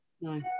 No